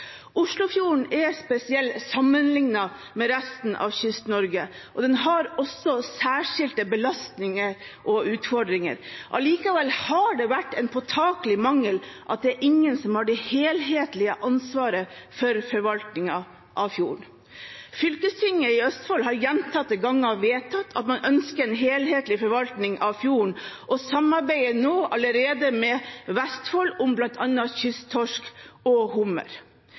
Oslofjorden er spesiell sammenlignet med resten av Kyst-Norge, og den har også særskilte belastninger og utfordringer. Allikevel har det vært en påtakelig mangel at ingen har det helhetlige ansvaret for forvaltningen av fjorden. Fylkestinget i Østfold har gjentatte ganger vedtatt at man ønsker en helhetlig forvaltning av fjorden, og samarbeider nå allerede med Vestfold om bl.a. kysttorsk og